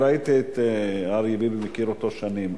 ראיתי את אריה ביבי, ואני מכיר אותו שנים.